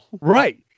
Right